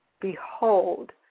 Behold